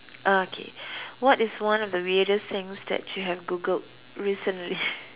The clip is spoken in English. ah K what is one of the weirdest things that you have Googled recently